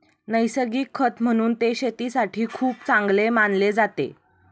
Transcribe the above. नैसर्गिक खत म्हणून ते शेतीसाठी खूप चांगले मानले जाते